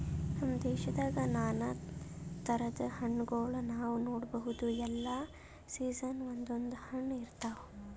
ನಮ್ ದೇಶದಾಗ್ ನಾನಾ ಥರದ್ ಹಣ್ಣಗೋಳ್ ನಾವ್ ನೋಡಬಹುದ್ ಎಲ್ಲಾ ಸೀಸನ್ಕ್ ಒಂದೊಂದ್ ಹಣ್ಣ್ ಇರ್ತವ್